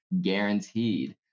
guaranteed